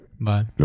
Bye